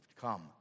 Come